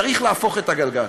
צריך להפוך את הגלגל.